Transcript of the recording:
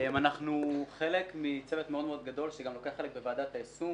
אנחנו חלק מצוות מאוד מאוד גדול שגם לוקח חלק בוועדת היישום